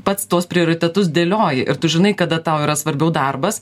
pats tuos prioritetus dėlioji ir tu žinai kada tau yra svarbiau darbas